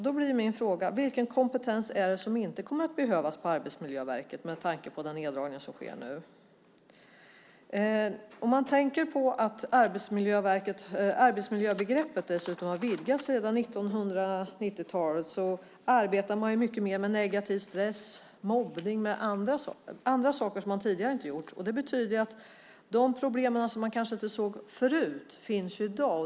Då blir min fråga: Vilken kompetens är det som inte kommer att behövas på Arbetsmiljöverket med tanke på den neddragning som sker nu? Dessutom ska man tänka på att arbetsmiljöbegreppet har vidgats sedan 1990-talet. Man arbetar mycket mer med negativ stress, mobbning och andra saker som man tidigare inte jobbat med. Det betyder att de problem som man kanske inte såg förut finns i dag.